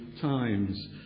times